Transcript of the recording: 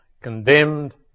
condemned